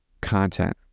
content